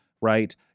right